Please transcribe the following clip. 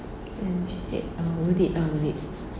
and she said ah worth it ah worth it